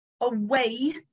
away